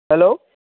hello